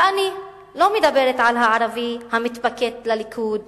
ואני לא מדברת על ערבי המתפקד לליכוד